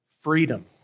freedom